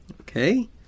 Okay